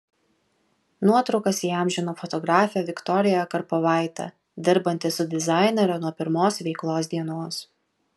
nuotraukas įamžino fotografė viktorija karpovaitė dirbanti su dizainere nuo pirmos veiklos dienos